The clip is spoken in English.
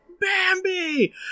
Bambi